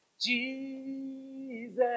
Jesus